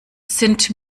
sind